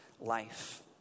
life